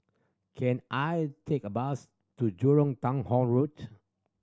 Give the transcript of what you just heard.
can I take a bus to Jurong Town Hall Road